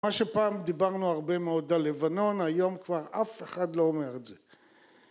מה שפעם דיברנו הרבה מאוד על לבנון היום כבר אף אחד לא אומר את זה